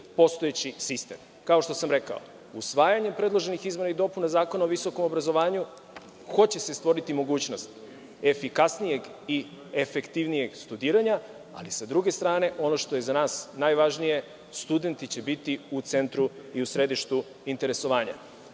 postojeći sistem. Kao što sam rekao, usvajanjem predloženih izmena i dopuna Zakona o visokom obrazovanju, stvoriće se mogućnost efikasnijeg i efektivnijeg studiranja, ali s druge strane, ono što je za nas najvažnije, studenti će biti u centru i u središtu interesovanja. Predložene